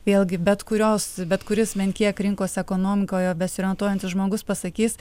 vėlgi bet kurios bet kuris bent kiek rinkos ekonomikoje besiorientuojantis žmogus pasakys